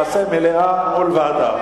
נעשה מליאה מול ועדה.